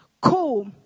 cool